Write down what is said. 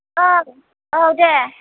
औ औ दे